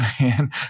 man